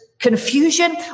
Confusion